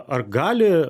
ar gali